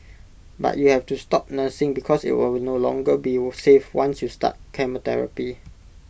but you have to stop nursing because IT will no longer be safe once you start chemotherapy